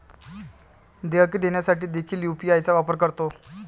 देयके देण्यासाठी देखील यू.पी.आय चा वापर करतो